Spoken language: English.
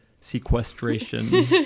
sequestration